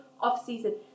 off-season